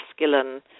masculine